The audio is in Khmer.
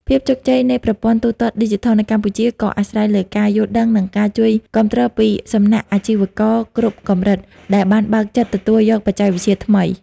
ភាពជោគជ័យនៃប្រព័ន្ធទូទាត់ឌីជីថលនៅកម្ពុជា ក៏អាស្រ័យលើការយល់ដឹង និងការជួយគាំទ្រពីសំណាក់អាជីវករគ្រប់កម្រិត ដែលបានបើកចិត្តទទួលយកបច្ចេកវិទ្យាថ្មី។